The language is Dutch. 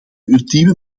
ultieme